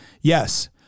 Yes